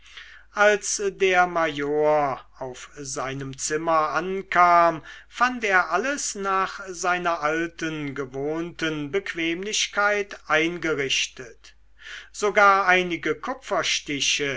als der major auf seinem zimmer ankam fand er alles nach seiner alten gewohnten bequemlichkeit eingerichtet sogar einige